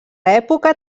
època